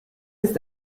ist